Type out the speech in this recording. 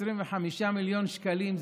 25 מיליון שקלים,